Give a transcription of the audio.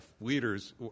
leaders